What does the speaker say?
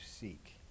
seek